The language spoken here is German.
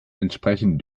entsprechen